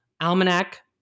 Almanac